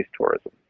tourism